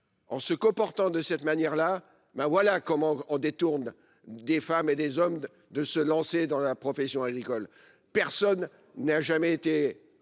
en se comportant de cette manière-là, ben voilà comment on détourne des femmes et des hommes de se lancer dans la profession agricole. Personne n'a jamais été